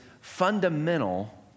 fundamental